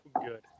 good